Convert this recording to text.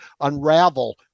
unravel